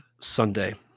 Sunday